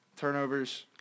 Turnovers